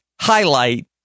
highlight